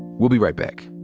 we'll be right back.